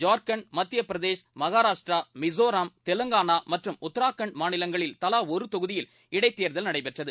ஜார்க்கண்ட் மத்தியபிரதேஷ் மகாராஷ்ட்ரா மிசோரம் தெலங்கான மற்றும் உத்ராகண்ட் மாநிலங்களிங்களில் தவா ஒரு தொகுதியில் இடைத்தேர்தல் நடைபெற்றது